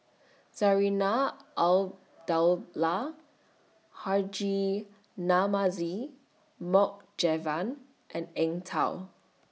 Zarinah Abdullah Haji Namazie Mohd Javad and Eng Tow